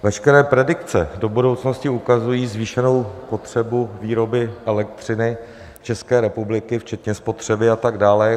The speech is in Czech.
Veškeré predikce do budoucnosti ukazují zvýšenou potřebu výroby elektřiny České republiky včetně spotřeby a tak dále.